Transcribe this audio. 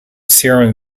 serum